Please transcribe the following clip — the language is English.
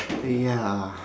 ya